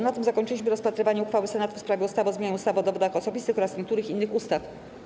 Na tym zakończyliśmy rozpatrywanie uchwały Senatu w sprawie ustawy o zmianie ustawy o dowodach osobistych oraz niektórych innych ustaw.